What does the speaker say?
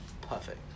perfect